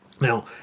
Now